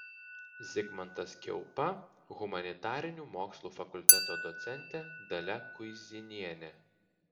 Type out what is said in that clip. zigmantas kiaupa humanitarinių mokslų fakulteto docentė dalia kuizinienė